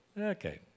Okay